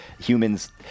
humans